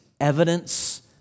evidence